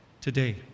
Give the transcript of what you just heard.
today